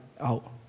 out